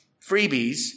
freebies